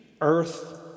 earth